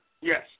Yes